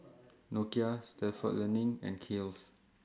Nokia Stalford Learning and Kiehl's